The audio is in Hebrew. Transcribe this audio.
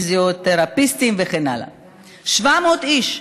פיזיותרפיסטים וכן הלאה, 700 איש.